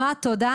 נעה, תודה.